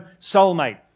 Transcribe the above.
soulmate